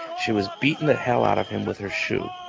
she was beating the hell out of him with her shoe.